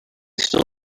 still